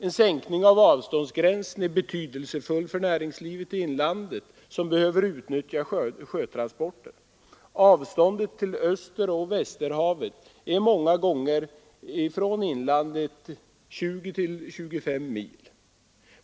En sänkning av avståndsgränsen är betydelsefull för näringslivet i inlandet som behöver utnyttja sjötransporter. Avståndet till Österoch Västerhavet är många gånger från inlandet 20 å 25 mil.